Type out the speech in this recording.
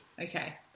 Okay